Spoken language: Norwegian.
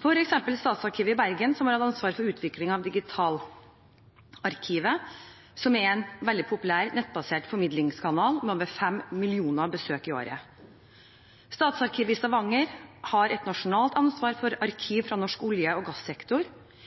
Statsarkivet i Bergen har f.eks. hatt ansvar for utvikling av digitalarkivet, som er en veldig populær nettbasert formidlingskanal med over fem millioner besøk i året. Statsarkivet i Stavanger har et nasjonalt ansvar for arkiv fra norsk olje- og gassektor.